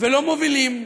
ולא מובילים,